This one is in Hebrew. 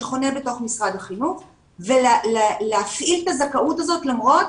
שחונה בתוך משרד החינוך ולהפעיל את הזכאות הזאת למרות